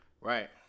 Right